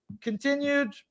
continued